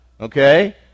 Okay